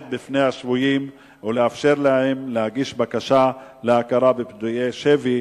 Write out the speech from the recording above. בפני השבויים ולאפשר להם להגיש בקשה להכרה כפדויי שבי